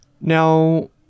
Now